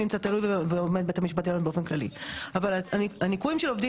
אבל הניכויים של עובדים של מאגר העבודה בישראל בתקופת הקורונה,